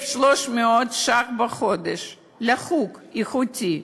1,300 ש"ח בחודש לחוג איכותי.